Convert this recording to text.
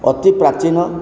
ଅତି ପ୍ରାଚୀନ